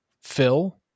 fill